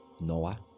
Noah